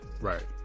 Right